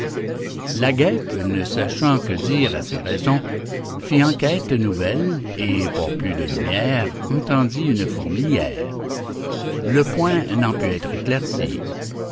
la guêpe ne sachant que dire à ces raisons fit enquête nouvelle et pour plus de lumière entendit une fourmilière le point n'en put être éclairci